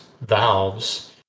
valves